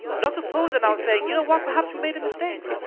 lots of poles are now saying, you know what, perhaps we made a mistake.